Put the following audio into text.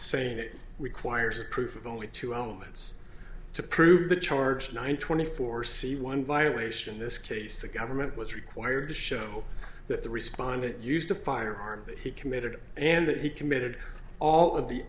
saying it requires a proof of only two elements to prove the charge nine twenty four c one violation in this case the government was required to show that the respondent used a firearm that he committed and that he committed all of the